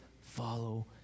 follow